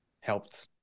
helped